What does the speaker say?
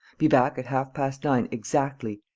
be back at half-past nine exactly,